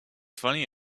funny